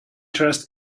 trust